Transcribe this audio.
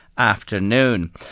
afternoon